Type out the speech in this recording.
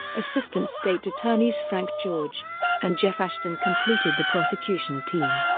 assistant state attorneys frank george and jeff ashton completed the prosecution team.